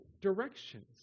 directions